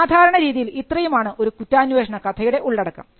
സാധാരണരീതിയിൽ ഇത്രയുമാണ് ഒരു കുറ്റാന്വേഷണ കഥയുടെ ഉള്ളടക്കം